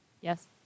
Yes